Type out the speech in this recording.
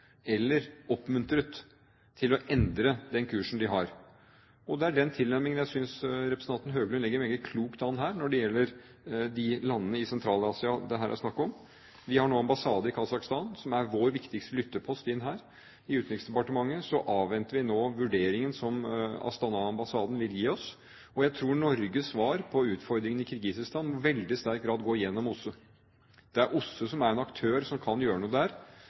eller oppmuntret til å endre den kursen de har. Det er den tilnærmingen jeg synes representanten Høglund legger meget klokt an her når det gjelder de landene i Sentral-Asia det her er snakk om. Vi har nå ambassade i Kasakhstan som er vår viktigste lyttepost inn der, og i Utenriksdepartementet avventer vi nå vurderingen som Astana-ambassaden vil gi oss. Jeg tror Norges svar på utfordringen i Kirgisistan i veldig sterk grad går gjennom OSSE. Det er OSSE som er en aktør som kan gjøre noe der,